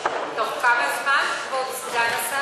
תוך כמה זמן, כבוד סגן השר?